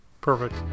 perfect